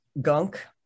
gunk